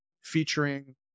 featuring